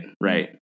right